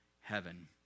heaven